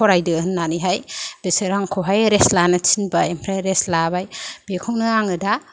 फरायदो होननानैहाय बिसोर आंखौहाय रेस्ट लानो थिनबाय ओमफ्राय रेस्ट लाबाय बिखौनो आङो दा